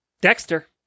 Dexter